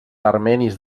armenis